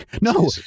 No